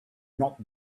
not